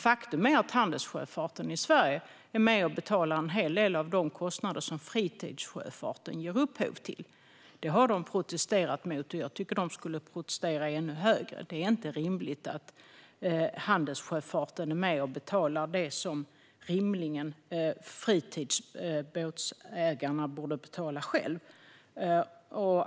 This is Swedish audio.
Faktum är att handelssjöfarten i Sverige betalar en hel del av de kostnader som fritidssjöfarten ger upphov till. Det har de protesterat mot, och jag tycker att de borde protestera ännu högre. Det är inte rimligt att handelssjöfarten är med och betalar det som fritidsbåtägarna själva borde betala.